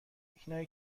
اینایی